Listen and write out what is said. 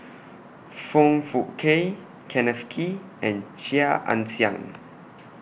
Foong Fook Kay Kenneth Kee and Chia Ann Siang